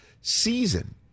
season